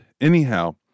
Anyhow